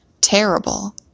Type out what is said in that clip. Terrible